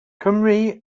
cymry